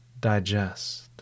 digest